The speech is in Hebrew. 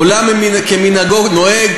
עולם כמנהגו נוהג,